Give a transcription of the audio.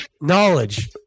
knowledge